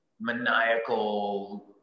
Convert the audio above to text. maniacal